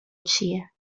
چیه